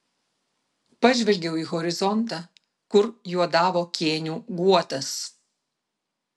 pažvelgiau į horizontą kur juodavo kėnių guotas